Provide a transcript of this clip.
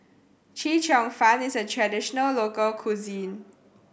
Chee Cheong Fun is a traditional local cuisine